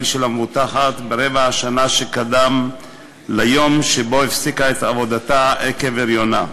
של המבוטחת ברבע השנה שקדם ליום שבו הפסיקה את עבודתה עקב הריונה,